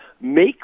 make